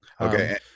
Okay